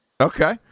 okay